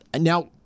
Now